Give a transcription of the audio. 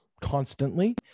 constantly